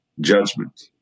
judgment